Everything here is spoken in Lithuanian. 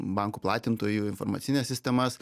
bankų platintojų informacines sistemas